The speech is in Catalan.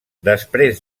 després